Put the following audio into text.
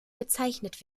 bezeichnet